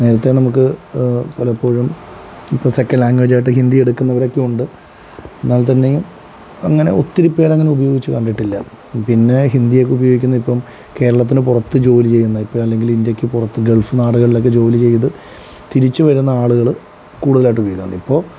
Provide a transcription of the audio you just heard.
നേരത്തെ നമുക്ക് പലപ്പോഴും ഇപ്പോൾ സെക്കൻ്റ് ലാങ്ക്വേജായിട്ട് ഹിന്ദി എടുക്കുന്നവരൊക്കെ ഉണ്ട് എന്നാൽ തന്നെയും അങ്ങനെ ഒത്തിരി പേർ അങ്ങനെ ഉപയോഗിച്ചു കണ്ടിട്ടില്ല പിന്നെ ഹിന്ദിയൊക്കെ ഉപയോഗിക്കുന്ന ഇപ്പം കേരളത്തിനു പുറത്ത് ജോലി ചെയ്യുന്ന ഇപ്പോൾ അല്ലെങ്കിൽ ഇന്ത്യയ്ക്ക് പുറത്ത് ഗൾഫ് നാടുകളിലൊക്കെ ജോലി ചെയ്തു തിരിച്ചു വരുന്ന ആളുകൾ കൂടുതലായിട്ട് ഉപയോഗിക്കാറുണ്ട് ഇപ്പോൾ